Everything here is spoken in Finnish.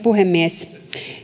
puhemies